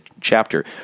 chapter